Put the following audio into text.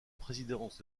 présidence